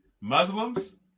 Muslims